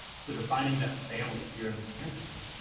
so defining that family here on this campus,